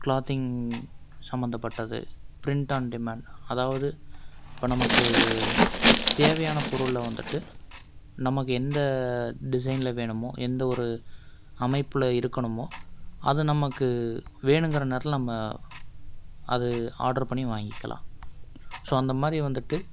clothing சம்மந்தப்பட்டது print and demand அதாவது இப்போ நமக்கு தேவையான பொருளில் வந்துவிட்டு நமக்கு எந்த டிசைனில் வேணுமோ எந்த ஒரு அமைப்பில் இருக்கணுமோ அதை நமக்கு வேணுங்கிற நேரத்தில் நம்ம அது ஆர்டர் பண்ணி வாங்கிக்கலாம் ஸோ அந்தமாதிரி வந்துவிட்டு